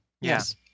Yes